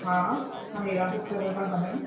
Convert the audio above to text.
हा मां हिरा बुक सेलर था ॻाल्हायूं